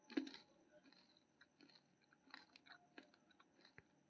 असुरक्षित ऋण एहन ऋण होइ छै, जे पूर्णतः उधारकर्ता के साख पर देल जाइ छै